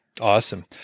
Awesome